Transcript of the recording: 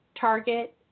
Target